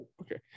okay